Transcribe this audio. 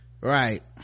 Right